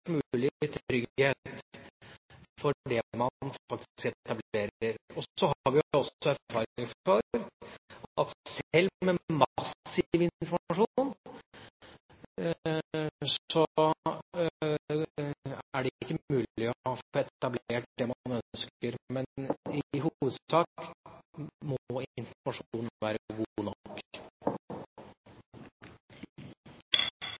trygghet for det man faktisk etablerer. Så har vi også erfaring for at selv med massiv informasjon er det ikke mulig å få etablert det man ønsker. Men i hovedsak må informasjonen være god nok. Informasjon,